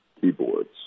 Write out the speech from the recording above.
keyboards